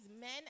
men